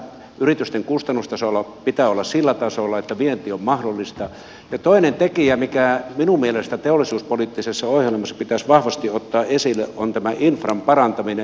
yritysten kustannustason pitää olla sillä tasolla että vienti on mahdollista ja toinen tekijä mikä minun mielestäni teollisuuspoliittisessa ohjelmassa pitäisi vahvasti ottaa esille on tämä infran parantaminen